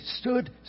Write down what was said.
stood